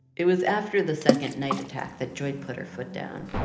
it was after the second night attack that joy put her foot down.